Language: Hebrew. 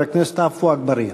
חבר הכנסת עפו אגבאריה.